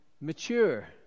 mature